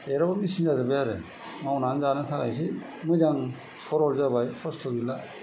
जेरावबो मेचिन जाजोबबाय आरो मावनानै जानो थाखायसो मोजां सरल जाबाय खस्त' गैला